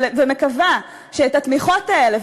ומקווה שאת התמיכות האלה,